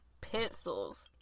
pencils